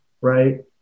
right